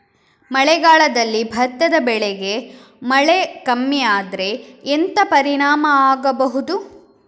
ಮಳೆಗಾಲದಲ್ಲಿ ಭತ್ತದ ಬೆಳೆಗೆ ಮಳೆ ಕಮ್ಮಿ ಆದ್ರೆ ಎಂತ ಪರಿಣಾಮ ಆಗಬಹುದು?